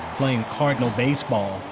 playing cardinal baseball.